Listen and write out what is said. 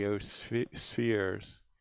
spheres